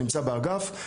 נמצאים באגף,